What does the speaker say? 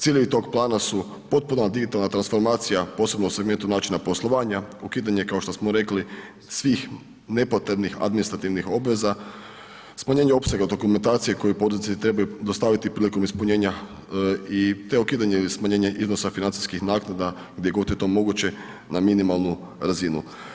Ciljevi tog plana su potpuna digitalna transformacija posebno u segmentu načina poslovanja, ukidanje kao što smo rekli svih nepotrebnih administrativnih obveza, smanjenje opsega dokumentacije koju poduzetnici trebaju dostaviti prilikom ispunjenja i te ukidanje ili smanjenje iznosa financijskih naknada gdje god je to moguće na minimalnu razinu.